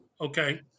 Okay